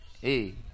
Hey